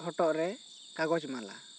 ᱦᱚᱴᱚᱜ ᱨᱮ ᱠᱟᱜᱚᱡᱽ ᱢᱟᱞᱟ